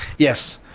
yes,